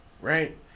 right